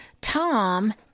Tom